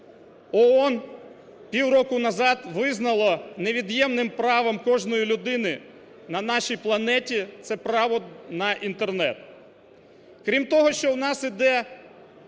ООН півроку назад визнало невід'ємним правом кожної людини на нашій планеті – це право на Інтернет. Крім того, що в нас йде